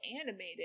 animated